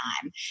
time